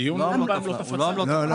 הדיון הוא לא בעמלות הפצה.